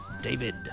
David